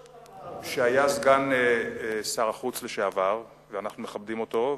שהיה סגן שר החוץ, לשעבר, ואנחנו מכבדים אותו.